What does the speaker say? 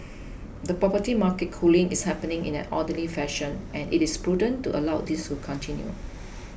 the property market cooling is happening in an orderly fashion and it is prudent to allow this to continue